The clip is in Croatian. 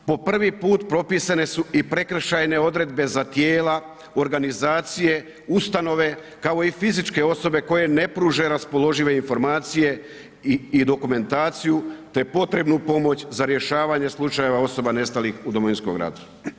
Po prvi put propisane su i prekršajne odredbe za tijela, organizacije, ustanove, kao i fizičke osobe koje ne pruže raspoložive informacije i dokumentaciju te potrebnu pomoć za rješavanje slučajeva osoba nestalih u Domovinskom ratu.